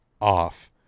off